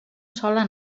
sola